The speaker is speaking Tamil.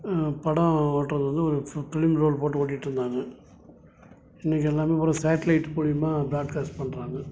படம் ஓட்டுறது வந்து ஒரு ஃப் ஃப்லிம் ரோல் போட்டு ஓட்டிகிட்டு இருந்தாங்க இன்னைக்கு எல்லாமே ஒரே சேட்டிலைட் மூலயமா ப்ராட்காஸ்ட் பண்ணுறாங்க